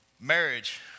Marriage